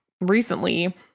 recently